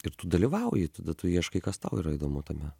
ir tu dalyvauji tada tu ieškai kas tau yra įdomu tame